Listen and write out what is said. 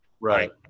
right